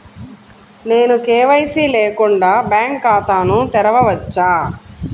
నేను కే.వై.సి లేకుండా బ్యాంక్ ఖాతాను తెరవవచ్చా?